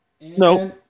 no